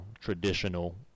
traditional